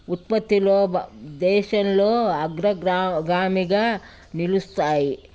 ఉత్పత్తిలో దేశంలో అగ్రగ్రా గామిగా నిలుస్తాయి